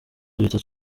duhita